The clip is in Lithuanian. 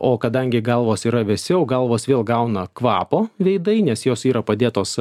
o kadangi galvos yra vėsiau galvos vėl gauna kvapo veidai nes jos yra padėtos